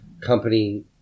Company